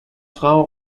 frau